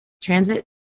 transit